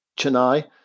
Chennai